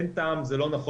אין טעם, זה לא נכון.